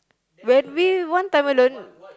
when we want time alone